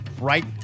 right